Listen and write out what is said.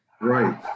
Right